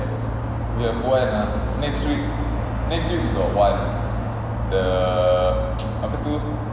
we have one ah next week next week we got one the apa tu